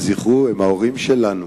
זכרו, הם ההורים שלנו,